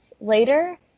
later